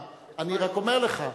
אני רק אומר לך,